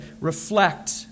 reflect